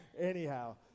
Anyhow